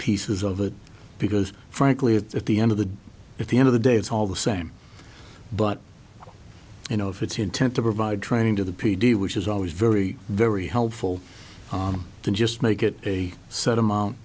pieces of it because frankly at the end of the day if the end of the day it's all the same but you know if it's intent to provide training to the p d which is always very very helpful to just make it a set amount